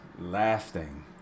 lasting